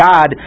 God